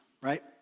right